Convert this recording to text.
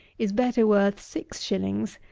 is better worth six shillings,